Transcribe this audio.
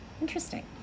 interesting